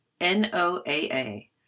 NOAA